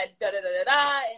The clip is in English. da-da-da-da-da